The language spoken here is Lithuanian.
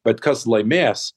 bet kas laimės